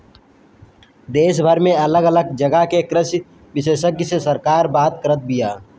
देशभर में अलग अलग जगह के कृषि विशेषग्य से सरकार बात करत बिया